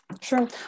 Sure